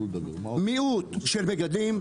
מיעוט של מגדלים,